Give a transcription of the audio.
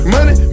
Money